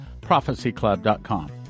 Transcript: prophecyclub.com